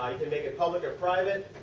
ah you can make it public or private.